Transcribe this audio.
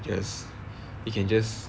guess you can just